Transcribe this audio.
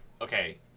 okay